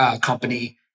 company